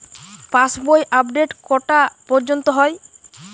পাশ book update কটা পর্যন্ত হয়?